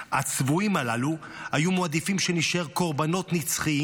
הצבועים הללו היו מעדיפים שנישאר קורבנות נצחיים,